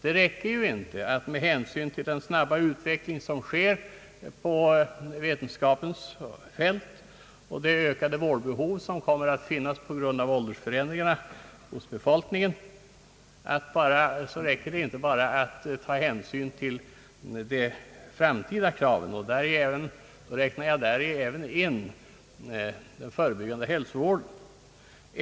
Det räcker inte med hänsyn till den snabba utveckling som äger rum på vetenskapens fält och det ökade vårdbehov, som kommer att finnas på grund av åldersförändringarna hos befolkningen, att bara ta hänsyn till de framtida kraven, och däri räknar jag även in den förebyggande hälsovården.